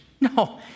No